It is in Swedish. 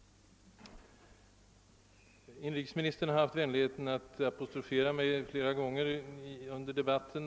Inrikesministern har haft vänligheten att apostrofera mig flera gånger under debatten.